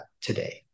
today